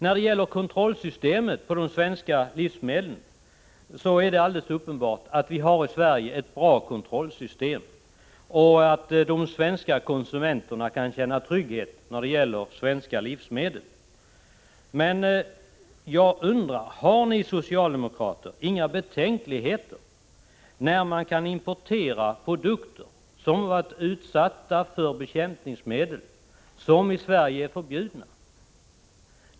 Beträffande kontrollsystemet för de svenska livsmedlen är det alldeles uppenbart att vi har ett bra kontrollsystem i Sverige och att de svenska konsumenterna kan känna trygghet när det gäller svenska livsmedel. Men jag undrar: Har ni socialdemokrater inga betänkligheter när man kan importera produkter som varit utsatta för bekämpningsmedel som i Sverige är förbjudna?